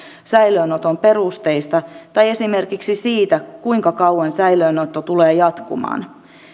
säilöönoton perusteista tai esimerkiksi siitä kuinka kauan säilöönotto tulee jatkumaan